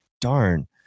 darn